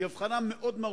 היא הבחנה מאוד מהותית.